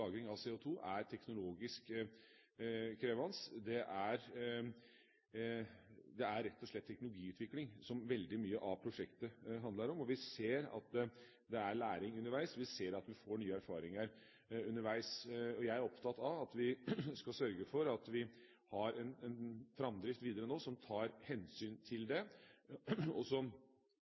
av CO2, er teknologisk krevende. Det er rett og slett teknologiutvikling som veldig mye av prosjektet handler om. Vi ser at det er læring underveis. Vi ser at vi får nye erfaringer underveis. Jeg er opptatt av at vi skal sørge for at vi har en framdrift videre som tar hensyn til det, og som